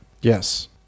Yes